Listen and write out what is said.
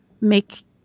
make